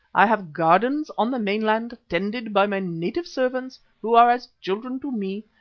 i have gardens on the mainland, tended by my native servants who are as children to me,